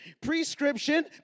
Prescription